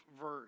verse